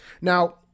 now